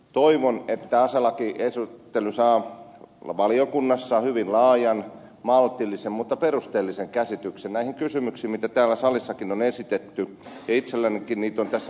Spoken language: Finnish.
toivon että aselaki saa valiokunnassa hyvin laajan maltillisen mutta perusteellisen käsittelyn näiden kysymysten osalta mitä täällä salissakin on esitetty ja itsellänikin niitä on tässä pitkä lista